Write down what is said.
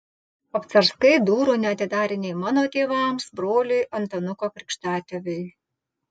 obcarskai durų neatidarė nei mano tėvams broliui antanuko krikštatėviui